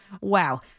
Wow